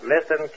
Listen